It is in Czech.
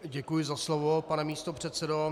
Děkuji za slovo, pane místopředsedo.